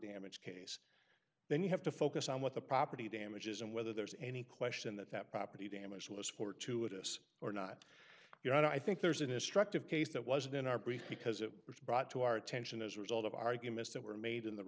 damage came then you have to focus on what the property damage is and whether there's any question that that property damage was fortuitous or not you know i think there's an instructive case that wasn't in our brief because it was brought to our attention as a result of arguments that were made